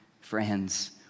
friends